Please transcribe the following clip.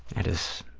that is,